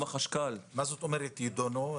מה זאת אומרת יידונו?